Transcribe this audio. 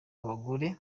abagore